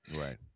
Right